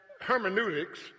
hermeneutics